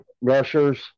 rushers